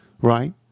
Right